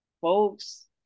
folks